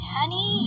Honey